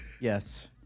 yes